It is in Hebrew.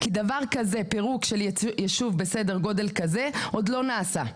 כי פירוק של יישוב בסדר גודל כזה עוד לא נעשה.